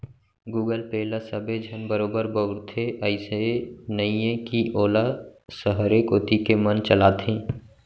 Google Pay ल सबे झन बरोबर बउरथे, अइसे नइये कि वोला सहरे कोती के मन चलाथें